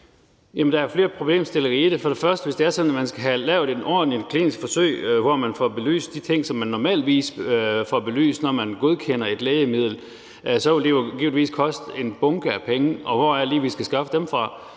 der er flere problemstillinger i det. Først og fremmest vil jeg sige, at hvis det er sådan, at man skal have lavet ordentlige kliniske forsøg, hvor man får belyst de ting, som man normalvis får belyst, når man godkender et lægemiddel, så vil det jo givetvis koste en bunke penge, og hvor er det lige, vi skal skaffe dem fra?